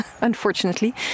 unfortunately